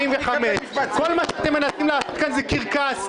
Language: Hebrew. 1,075. כל מה שאתם מנסים לעשות כאן זה קרקס,